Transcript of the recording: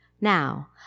Now